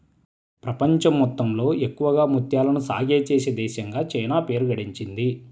ప్రపంచం మొత్తంలో ఎక్కువగా ముత్యాలను సాగే చేసే దేశంగా చైనా పేరు గడించింది